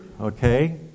okay